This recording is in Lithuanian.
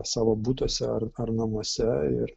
savo butuose ar ar namuose ir